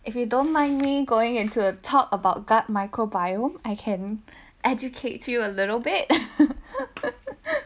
if you don't mind me going into a talk about guard micro bio I can educate you a little bit